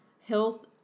health